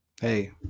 hey